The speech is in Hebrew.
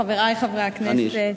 חברי חברי הכנסת,